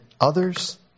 others